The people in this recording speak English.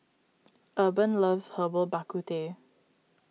Urban loves Herbal Bak Ku Teh